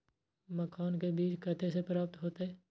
मखान के बीज कते से प्राप्त हैते?